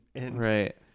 Right